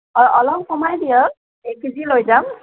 অ' অলপ কমাই দিয়ক এক কে জি লৈ যাম